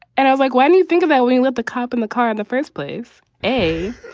and i was like, why do you think about we let the cop in the car in the first place? a.